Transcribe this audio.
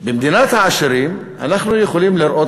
במדינת העשירים אנחנו יכולים לראות,